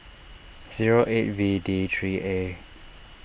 zero eight V D three A